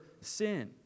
sin